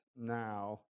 now